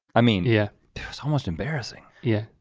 i mean, yeah it's almost embarrassing. yeah.